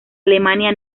alemania